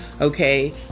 Okay